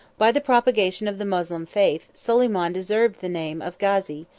by the propagation of the moslem faith, soliman deserved the name of gazi,